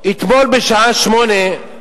אתמול בשעה 20:00,